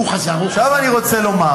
הוא חזר, עכשיו אני רוצה לומר,